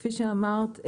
כפי שאמרת,